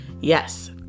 Yes